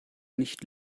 nicht